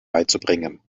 beizubringen